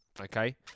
Okay